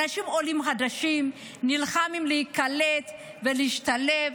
אנשים עולים חדשים, נלחמים להיקלט ולהשתלב.